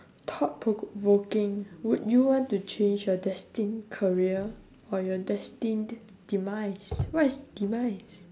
thought provoking would you want to change your destined career or your destined demise what is demise